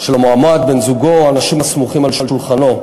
של המועמד, בן-זוגו ואנשים הסמוכים על שולחנו.